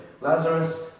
Lazarus